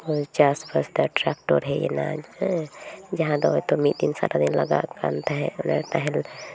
ᱦᱚᱸ ᱪᱟᱥᱼᱵᱟᱥ ᱫᱟ ᱴᱨᱟᱠᱴᱚᱨ ᱦᱮᱡ ᱮᱱᱟ ᱦᱮᱸ ᱡᱟᱦᱟᱸ ᱫᱚ ᱦᱳᱭᱛᱳ ᱢᱤᱫ ᱫᱤᱱ ᱥᱟᱨᱟᱫᱤᱱ ᱞᱟᱜᱟᱜ ᱠᱟᱱ ᱛᱟᱦᱮᱸᱜ ᱱᱟᱦᱮᱞ